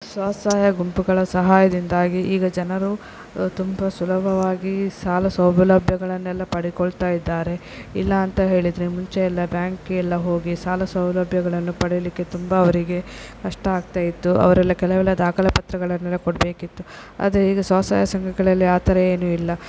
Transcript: ಸ್ವಸಹಾಯ ಗುಂಪುಗಳ ಸಹಾಯದಿಂದಾಗಿ ಈಗ ಜನರು ತುಂಬ ಸುಲಭವಾಗಿ ಸಾಲ ಸೌಲಭ್ಯಗಳನ್ನೆಲ್ಲ ಪಡಕೊಳ್ತಾ ಇದ್ದಾರೆ ಇಲ್ಲಾಂತ ಹೇಳಿದರೆ ಮುಂಚೆ ಎಲ್ಲ ಬ್ಯಾಂಕಿಗೆಲ್ಲ ಹೋಗಿ ಸಾಲ ಸೌಲಭ್ಯಗಳನ್ನು ಪಡಿಲಿಕ್ಕೆ ತುಂಬ ಅವರಿಗೆ ಕಷ್ಟ ಆಗ್ತಾ ಇತ್ತು ಅವರೆಲ್ಲ ಕೆಲವೆಲ್ಲ ದಾಖಲೆ ಪತ್ರಗಳನ್ನೆಲ್ಲ ಕೊಡಬೇಕಿತ್ತು ಆದರೆ ಈಗ ಸ್ವಸಹಾಯ ಸಂಘಗಳಲ್ಲಿ ಆ ಥರ ಏನು ಇಲ್ಲ